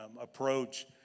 approach